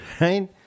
Right